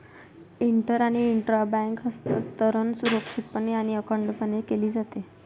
inter आणि intra bank हस्तांतरण सुरक्षितपणे आणि अखंडपणे केले जाते